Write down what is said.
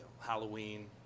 Halloween